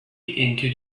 into